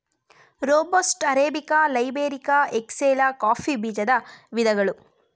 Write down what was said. robusta, arabica, liberica, excelsa coffee ಬೀಜದ ವಿಧಗಳು